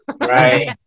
right